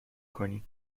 کنی